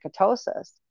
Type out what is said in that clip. ketosis